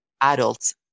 adults